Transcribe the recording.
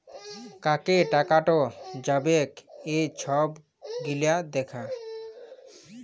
কাকে টাকাট যাবেক এই ছব গিলা দ্যাখা